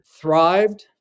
thrived